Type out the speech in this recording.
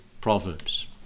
Proverbs